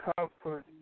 Comfort